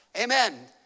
Amen